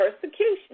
persecution